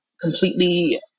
completely